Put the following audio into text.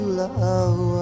love